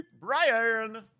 Brian